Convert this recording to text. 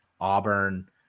Auburn